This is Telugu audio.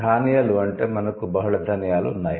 ధాన్యాలు అంటే మనకు బహుళ ధాన్యాలు ఉన్నాయి